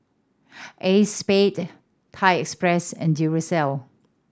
Acexspade Thai Express and Duracell